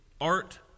Art